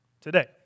today